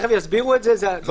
זה מה